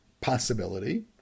possibility